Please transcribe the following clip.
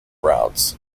routes